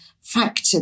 factor